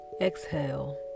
Exhale